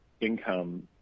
income